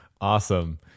Awesome